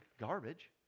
garbage